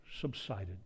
subsided